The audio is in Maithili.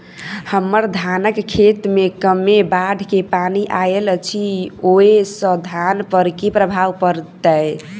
हम्मर धानक खेत मे कमे बाढ़ केँ पानि आइल अछि, ओय सँ धान पर की प्रभाव पड़तै?